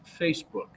Facebook